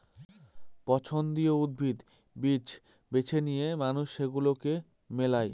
পছন্দীয় উদ্ভিদ, বীজ বেছে নিয়ে মানুষ সেগুলাকে মেলায়